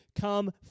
come